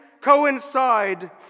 coincide